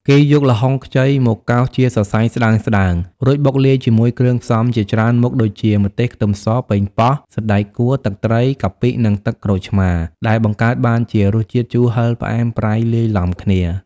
គេយកល្ហុងខ្ចីមកកោសជាសរសៃស្តើងៗ រួចបុកលាយជាមួយគ្រឿងផ្សំជាច្រើនមុខដូចជា ម្ទេស ខ្ទឹមស ប៉េងប៉ោះ សណ្ដែកកួរ ទឹកត្រី កាពិ និងទឹកក្រូចឆ្មារ ដែលបង្កើតបានជារសជាតិជូរ ហឹរ ផ្អែម ប្រៃ លាយឡំគ្នា។